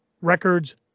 records